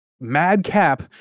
madcap